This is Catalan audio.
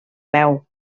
peu